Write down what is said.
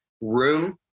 room